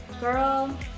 Girl